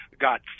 got